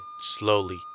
slowly